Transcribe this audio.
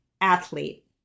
athlete